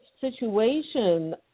situation